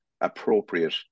appropriate